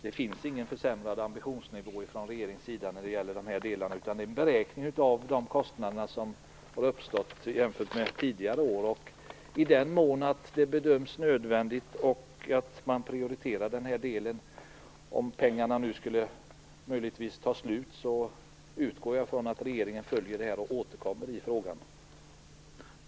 Det finns ingen försämrad ambitionsnivå från regeringens sida när det gäller detta, utan det här är en beräkning av de kostnader som har uppstått jämfört med tidigare år. I den mån det bedöms nödvändigt och man prioriterar den här delen - om pengarna nu möjligtvis skulle ta slut - utgår jag från att regeringen följer det här och återkommer i frågan.